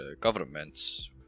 governments